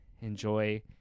enjoy